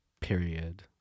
Period